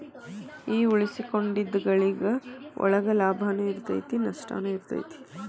ಈ ಉಳಿಸಿಕೊಂಡಿದ್ದ್ ಗಳಿಕಿ ಒಳಗ ಲಾಭನೂ ಇರತೈತಿ ನಸ್ಟನು ಇರತೈತಿ